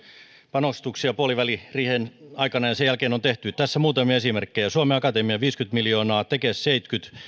panostuksia puoliväliriihen aikana ja sen jälkeen on tehty tässä muutamia esimerkkejä suomen akatemia viisikymmentä miljoonaa tekes seitsemänkymmentä